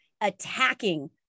attacking